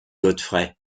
godfrey